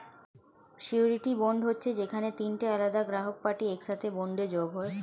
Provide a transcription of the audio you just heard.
surety bond হচ্ছে যেখানে তিনটে আলাদা গ্রাহক পার্টি একসাথে বন্ডে যোগ হয়